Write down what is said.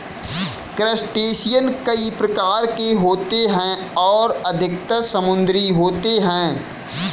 crustacean कई प्रकार के होते हैं और अधिकतर समुद्री होते हैं